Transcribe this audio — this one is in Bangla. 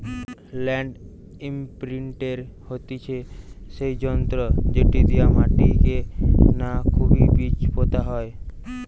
ল্যান্ড ইমপ্রিন্টের হতিছে সেই যন্ত্র যেটি দিয়া মাটিকে না খুবই বীজ পোতা হয়